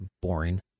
boring